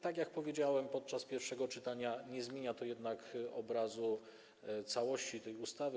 Tak jak powiedziałem podczas pierwszego czytania, nie zmienia to jednak obrazu całości tej ustawy.